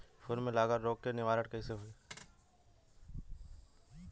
फूल में लागल रोग के निवारण कैसे होयी?